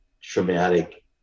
traumatic